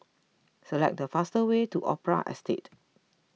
select the fastest way to Opera Estate